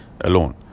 alone